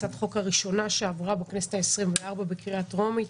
הצעת החוק הראשונה שעברה בכנסת העשרים-וארבע בקריאה טרומית,